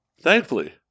thankfully